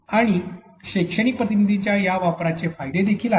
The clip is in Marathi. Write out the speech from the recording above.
आणि शैक्षणिक प्रतिनिधींच्या या वापराचे फायदे देखील आहेत